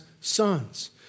sons